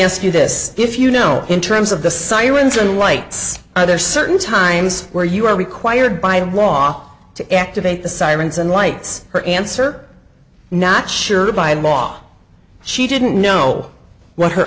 ask you this if you know in terms of the sirens and lights are there certain times where you are required by law to activate the sirens and lights her answer not sure by law she didn't know what her